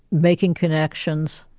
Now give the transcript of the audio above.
making connections,